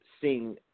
seeing